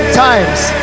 times